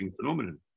phenomenon